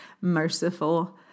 merciful